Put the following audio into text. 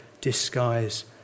disguise